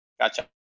gotcha